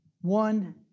one